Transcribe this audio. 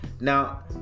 Now